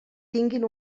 tinguin